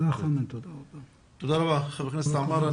תודה רבה ח"כ עמאר.